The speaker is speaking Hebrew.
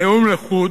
הנאום לחוד,